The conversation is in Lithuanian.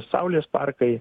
saulės parkai